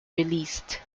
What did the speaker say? released